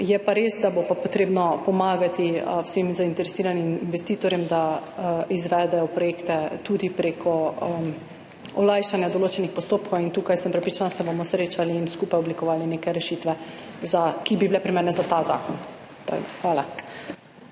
je pa res, da bo potrebno pomagati vsem zainteresiranim investitorjem, da izvedejo projekte, tudi prek olajšanja določenih postopkov. Tukaj sem prepričana, da se bomo srečali in skupaj oblikovali neke rešitve, ki bi bile primerne za ta zakon. Hvala.